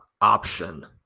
option